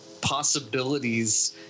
possibilities